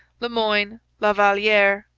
le moyne, la valliere,